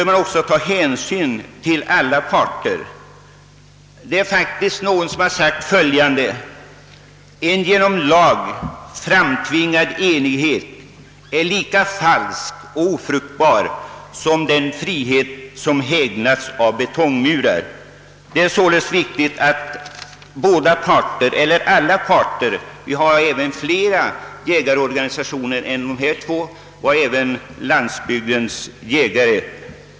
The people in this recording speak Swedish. Någon har sagt: En genom lag framtvingad enighet är lika falsk och ofruktbar som den frihet som hägnats av betongmurar. Det är således viktigt att man tar hänsyn till alla parter — det finns flera jägarorganisationer än dessa två och därtill landsbygdens jägare.